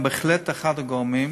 בהחלט אחד הגורמים,